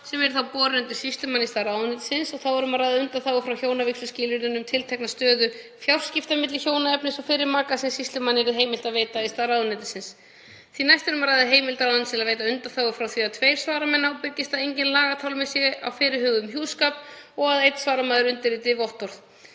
sem yrði þá borinn undir sýslumann í stað ráðuneytisins. Þá er um að ræða undanþágu frá hjónavígsluskilyrðinu um tiltekna stöðu fjárskipta milli hjónaefnis og fyrri maka sem sýslumanni yrði heimilt að veita í stað ráðuneytisins. Því næst er um að ræða heimild ráðuneytis til að veita undanþágu frá því að tveir svaramenn ábyrgist að enginn lagatálmi sé á fyrirhuguðum hjúskap og að einn svaramaður undirriti vottorð.